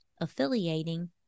affiliating